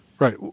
Right